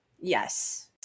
Yes